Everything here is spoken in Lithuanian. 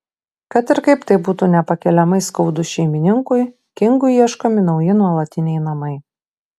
kad ir kaip tai būtų nepakeliamai skaudu šeimininkui kingui ieškomi nauji nuolatiniai namai